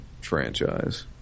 Franchise